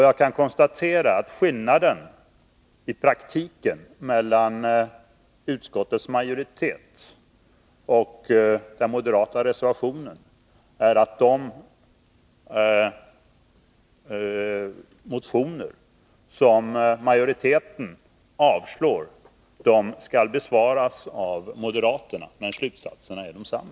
Jag konstaterar att skillnaden i praktiken mellan utskottsmajoritetens ståndpunkt och den moderata reservationen är att moderaterna anser de motioner besvarade som majoriteten avstyrker, trots att slutsatserna är desamma!